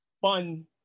fun